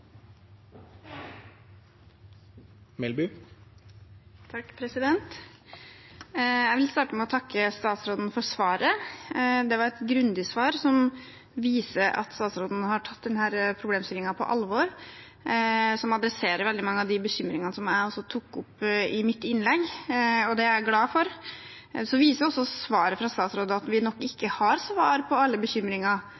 Jeg vil starte med å takke statsråden for svaret. Det var et grundig svar som viser at statsråden har tatt problemstillingen på alvor, og som tok tak i mange av bekymringene jeg tok opp i innlegget mitt. Det er jeg glad for. Svaret fra statsråden viser også at vi nok ikke har svar på alle bekymringer, at vi egentlig ikke